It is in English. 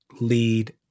Lead